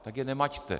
Tak je nemaťte.